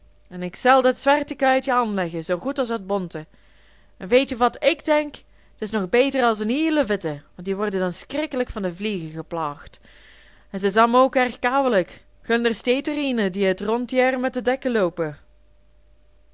en ik zel dat zwarte kuitje anleggen zoo goed as dat bonte en weetje wat ik denk t is nog beter as en hiele witte want die worden dan skrikkelek van de vliege plaagd en ze zam ook erg kouwelek gunder steet er iene die het een rond jær met et dek eloopen